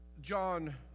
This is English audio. John